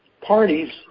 parties